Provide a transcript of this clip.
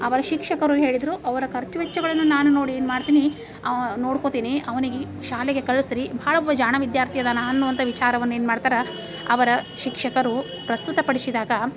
ಅವರ ಶಿಕ್ಷಕರು ಹೇಳಿದರು ಅವರ ಖರ್ಚು ವೆಚ್ಚಗಳನ್ನು ನಾನು ನೋಡಿ ಏನು ಮಾಡ್ತೀನಿ ನೋಡ್ಕೊಳ್ತೀನಿ ಅವನಿಗೆ ಶಾಲೆಗೆ ಕಳಿಸ್ರೀ ಭಾಳ ಒಬ್ಬ ಜಾಣ ವಿದ್ಯಾರ್ಥಿ ಅದಾನ ಅನ್ನುವಂಥ ವಿಚಾರವನ್ನು ಏನು ಮಾಡ್ತಾರೆ ಅವರ ಶಿಕ್ಷಕರು ಪ್ರಸ್ತುತ ಪಡಿಸಿದಾಗ